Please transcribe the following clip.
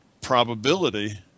probability